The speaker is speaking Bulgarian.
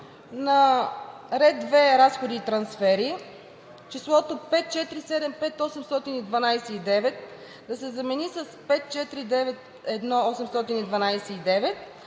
на ред 2. „Разходи и трансфери“, числото 5 475 812,9 да се замени с 5 491 812,9,